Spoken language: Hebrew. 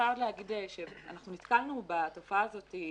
נתקלנו בתופעה הזאת: